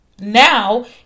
Now